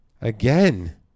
Again